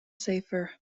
safer